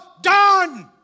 done